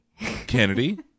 Kennedy